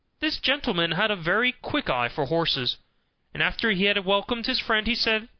this gentleman had a very quick eye for horses and after he had welcomed his friend he said,